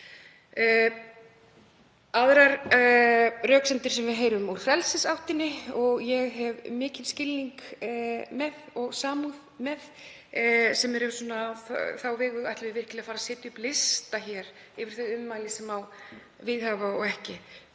Aðrar röksemdir sem við heyrum úr frelsisáttinni, sem ég hef mikinn skilning á og samúð með, eru: Ætlum við virkilega að fara að setja upp lista yfir þau ummæli sem má viðhafa og ekki?